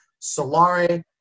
Solare